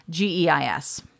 GEIS